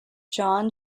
john